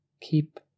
Keep